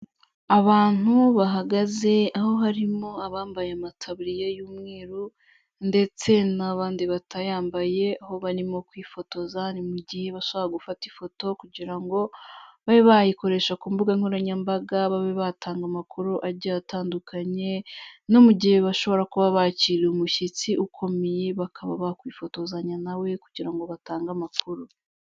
Abantu bahagaze aho harimo abambaye amataburiya y'umweru ndetse n'abandi batayambaye aho barimo kwifotoza, ni mu gihe bashobora gufata ifoto kugira ngo babe bayikoresha ku mbuga nkoranyambaga, babe batanga amakuru ajya atandukanye no mu gihe bashobora kuba bakiriye umushyitsi ukomeye bakaba bakwifotozanya na we kugira ngo batange amakuru.